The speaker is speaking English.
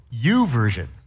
Uversion